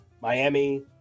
Miami